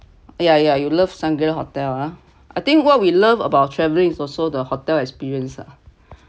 yeah yeah you love shangri-la hotel ah I think what we love about traveling is also the hotel experience ah